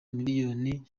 miliyoni